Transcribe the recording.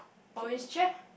orange chair